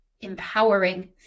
empowering